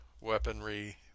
weaponry